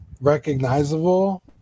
recognizable